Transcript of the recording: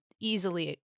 easily